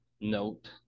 note